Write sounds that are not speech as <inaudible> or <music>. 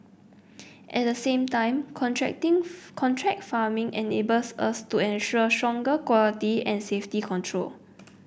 at the same time contracting <unintelligible> contract farming enables us to ensure stronger quality and safety control